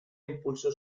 impulsó